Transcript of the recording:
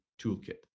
toolkit